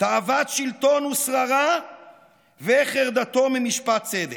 תאוות שלטון ושררה וחרדתו ממשפט צדק.